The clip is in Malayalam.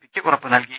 പിക്ക് ഉറപ്പുനൽകി